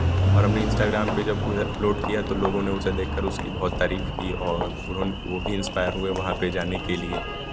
और हमने इन्स्टाग्राम पर जब उन्हें अपलोड किया तो लोगों ने उसे देखकर उसकी बहुत तारीफ़ की और उन्होंने वह भी इन्स्पायर हुए वहाँ पर जाने के लिए